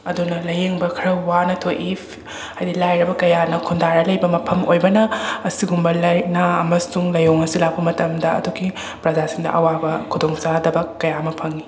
ꯑꯗꯨꯅ ꯂꯥꯏꯌꯦꯡꯕ ꯈꯔ ꯋꯥꯅ ꯊꯣꯛꯏ ꯍꯥꯏꯕꯗꯤ ꯂꯥꯏꯔꯕ ꯀꯌꯥꯅ ꯈꯨꯟꯗꯥꯔ ꯂꯩꯕ ꯃꯐꯝ ꯑꯣꯏꯕꯅ ꯑꯁꯤꯒꯨꯝꯕ ꯂꯥꯏꯅꯥ ꯑꯃꯁꯨꯡ ꯂꯥꯏꯑꯣꯡ ꯑꯁꯤ ꯂꯥꯛꯄ ꯃꯇꯝꯗ ꯑꯗꯨꯛꯀꯤ ꯄ꯭ꯔꯖꯥꯁꯤꯡꯗ ꯑꯋꯥꯕ ꯈꯨꯗꯣꯡ ꯆꯥꯗꯕ ꯀꯌꯥ ꯑꯃ ꯐꯪꯏ